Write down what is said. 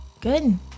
Good